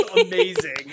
amazing